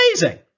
Amazing